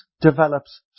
develops